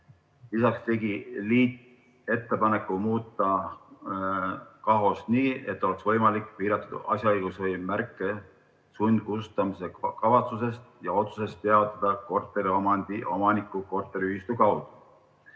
Lisaks tegi liit ettepaneku muuta KAHOS‑t nii, et oleks võimalik piiratud asjaõiguse või märke sundkustutamise kavatsusest ja otsusest teavitada korteriomandi omanikku korteriühistu kaudu.